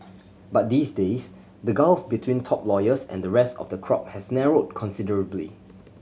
but these days the gulf between top lawyers and the rest of the crop has narrowed considerably